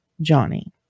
Johnny